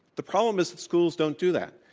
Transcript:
the problem is schools don't do that.